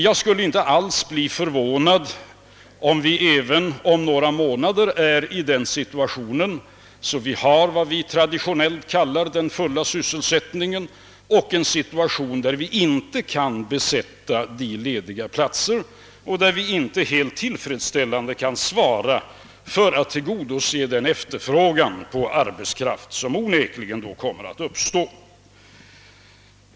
Jag skulle inte alls bli förvånad, om vi även om några månader befinner oss i den situationen att det råder vad vi traditionellt kallar den fulla sysselsättningen och att man inte kan tillfredsställande tillgodose den efterfrågan på arbetskraft som kommer att uppstå.